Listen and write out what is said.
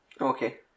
okay